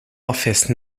office